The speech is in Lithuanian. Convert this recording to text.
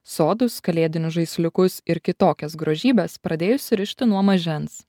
sodus kalėdinius žaisliukus ir kitokias grožybes pradėjusi rišti nuo mažens